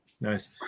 nice